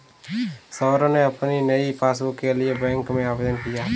सौरभ ने अपनी नई पासबुक के लिए बैंक में आवेदन किया